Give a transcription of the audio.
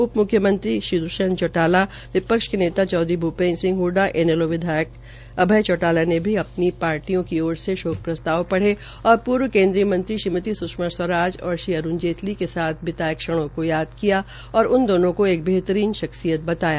उप म्ख्यमंत्री श्री द्षयंत चौटाला विपक्ष के नेता चौधरी भूपेन्द्र सिंह हडडा ईनलो विधायक अभय सिंह चौटाला ने अपनी पार्टियों की और से शोक प्रस्ताव पढ़े और पूर्व केन्द्रीय मंत्री श्रीमती स्षमा स्वराज और श्री अरूण जेतली के साथ बिताये क्षणों को याद किया और उन दोनों को एक बहेतरीन शखसियत बताया